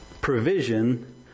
provision